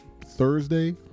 Thursday